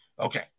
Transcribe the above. Okay